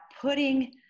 putting